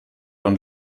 und